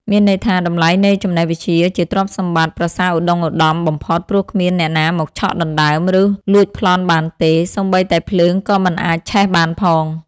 មានន័យថា តម្លៃនៃចំណេះវិជ្ជា ជាទ្រព្យសម្បត្តិប្រសើរឧត្តុង្គឧត្តមបំផុត ព្រោះគ្មានអ្នកណាមកឆក់ដណ្ដើម ឬលួចប្លន់បានទេ សូម្បីតែភ្លើងក៏មិនអាចឆេះបានផង ។